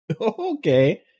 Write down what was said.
Okay